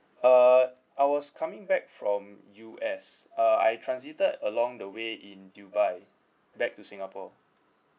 uh I was coming back from U_S uh I transited along the way in dubai back to singapore